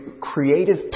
creative